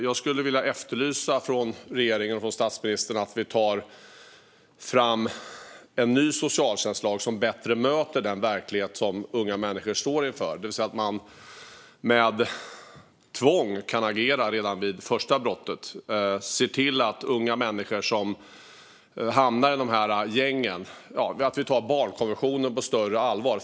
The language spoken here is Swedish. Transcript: Jag skulle vilja efterlysa från regeringen och statsministern en ny socialtjänstlag som bättre möter den verklighet som unga människor står inför, så att man kan agera med tvång redan vid första brottet när unga människor hamnar i gängen. Vi behöver ta barnkonventionen på större allvar.